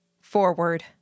Forward